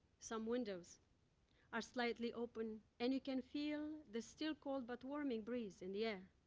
some windows are slightly open and you can feel the still-cold-but-warming breeze in the air.